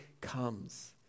comes